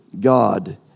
God